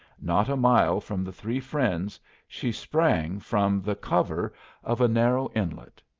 not a mile from the three friends she sprang from the cover of a narrow inlet.